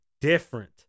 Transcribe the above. different